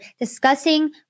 discussing